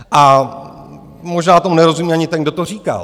A možná tomu nerozumí ani ten, kdo to říkal.